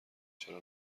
چرا